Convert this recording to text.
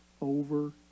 over